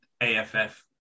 AFF